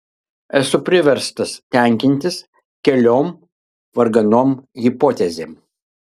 esu priverstas tenkintis keliom varganom hipotezėm